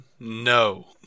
no